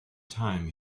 time